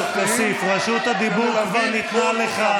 חבר הכנסת כסיף, רשות הדיבור ניתנה לך.